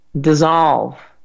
dissolve